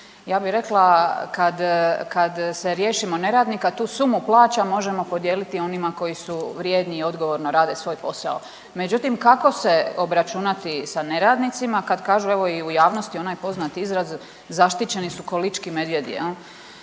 Ja bih rekla kad se riješimo neradnika tu sumu plaća možemo podijeliti onima koji su vrijedni i odgovorno rade svoj posao. Međutim, kako se obračunati sa neradnicima kad kažu evo i u javnosti onaj poznati izraz zaštićeni su ko lički medvjedi.